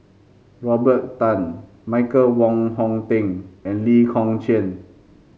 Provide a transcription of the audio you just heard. Robert Tan Michael Wong Hong Teng and Lee Kong Chian